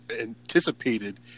anticipated